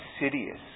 insidious